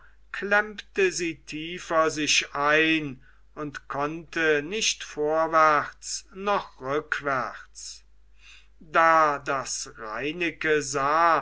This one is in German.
klemmte sie tiefer sich ein und konnte nicht vorwärts noch rückwärts da das reineke sah